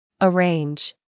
Arrange